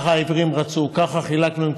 ככה העיוורים רצו, ככה חילקנו.